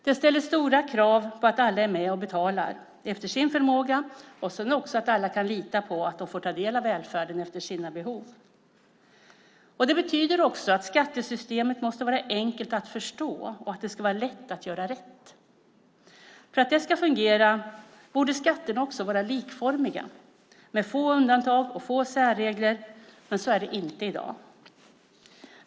Det ställer stora krav på att alla är med och betalar efter sin förmåga och dessutom att alla kan lita på att de får ta del av välfärden efter sina behov. Det betyder också att skattesystemet måste vara enkelt att förstå och att det ska vara lätt att göra rätt. För att det ska fungera borde skatterna också vara likformiga med få undantag och få särregler, men så är det inte i dag.